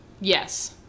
yes